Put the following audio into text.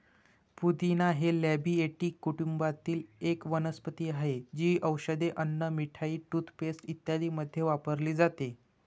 पुदिना हे लॅबिएटी कुटुंबातील एक वनस्पती आहे, जी औषधे, अन्न, मिठाई, टूथपेस्ट इत्यादींमध्ये वापरली जाते